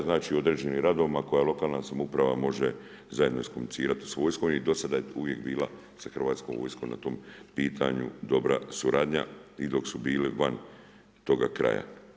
Znači određenim radovima koje lokalna samouprava može zajedno iskomunicirati sa vojskom i do sada je uvijek bila sa Hrvatskom vojskom na tom pitanju dobra suradnja i dok su bili van toga kraja.